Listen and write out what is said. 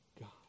God